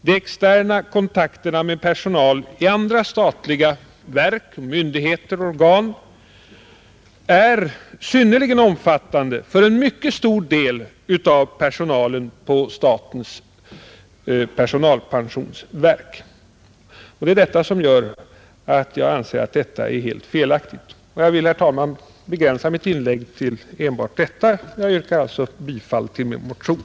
De externa kontakterna med personal i andra statliga verk, myndigheter och organ är synnerligen omfattande för en mycket stor del av personalen på statens personalpensionsverk, Detta gör att jag anser utflyttningen vara helt felaktig. Jag vill, herr talman, begränsa mitt inlägg till enbart detta. Jag yrkar alltså bifall till min motion.